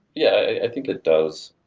yeah, i think it does.